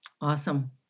Awesome